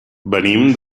venim